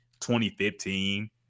2015